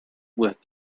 with